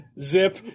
zip